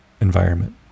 environment